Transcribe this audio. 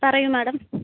പറയൂ മേഡം